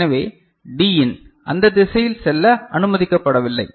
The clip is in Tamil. எனவே D இன் அந்த திசையில் செல்ல அனுமதிக்கப்படவில்லை